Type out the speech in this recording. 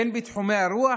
בין שבתחומי הרוח